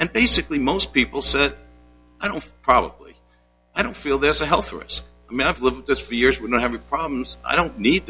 and basically most people said i don't probably i don't feel there's a health risk i mean i've lived this for years we're not having problems i don't need